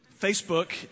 Facebook